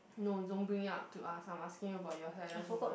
no don't bring it up to us I'm asking you about your saddest moment